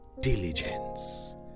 diligence